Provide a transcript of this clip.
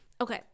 Okay